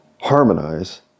harmonize